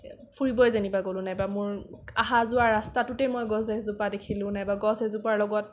ফুৰিবই যেনিবা গলো নাইবা মোৰ অহা যোৱা ৰাস্তাটোতেই মই গছ এজোপা দেখিলো নাইবা গছ এজোপাৰ লগত